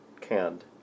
canned